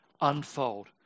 unfold